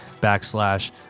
backslash